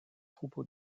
troupeau